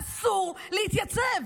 אסור להתייצב.